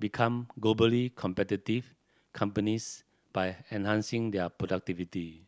become globally competitive companies by enhancing their productivity